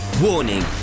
Warning